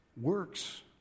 works